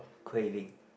craving